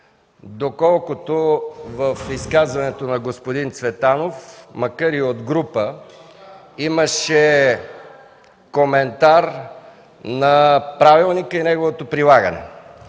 доколкото в изказването на господин Цветанов, макар и от група, имаше коментар на правилника и на неговото прилагане.